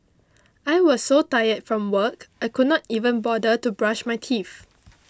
I was so tired from work I could not even bother to brush my teeth